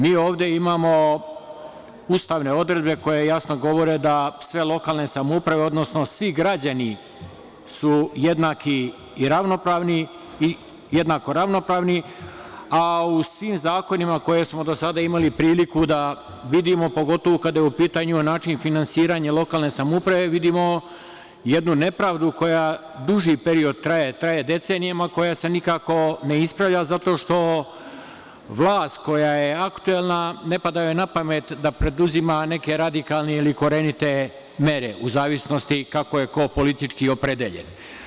Mi ovde imamo ustavne odredbe koje jasno govore da sve lokalne samouprave, odnosno svi građani su jednaki i ravnopravni, a u svim zakonima koje smo do sada imali priliku da vidimo, pogotovo kada je u pitanju način finansiranja lokalne samouprave, vidimo jednu nepravdu koja duži period traje, traje decenijama, koja se nikako ne ispravlja, zato što vlast koja je aktuelna ne pada joj na pamet da preduzima neke radikalne ili korenite mere, u zavisnosti kako je ko politički opredeljen.